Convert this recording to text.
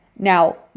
Now